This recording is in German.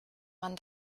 man